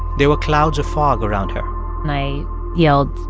there were clouds of fog around her and i yelled,